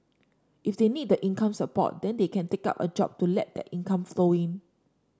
if they need the income support then they can take up a job to let that income flow in